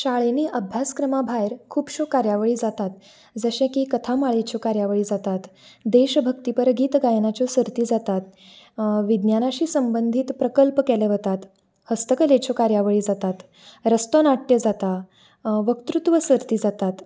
शाळेंनी अभ्यासा क्रमां भायर खुबशों कार्यावळी जातात जशे की कथामाळेच्यो कार्यावळी जातात देशभक्ती पर गीत गायनाच्यो सर्ती जातात विज्ञानाशी संबनधीत प्रकल्प केले वतात हस्तकलेच्यो कार्यावळी जातात रस्तो नाट्य जाता वकृत्व सर्ती जातात